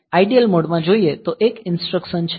idle mode માં જોઈએ તો એક ઇન્સ્ટ્રક્સન જે આ PCON